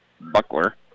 Buckler